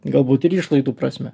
galbūt ir išlaidų prasme